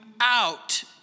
out